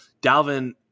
Dalvin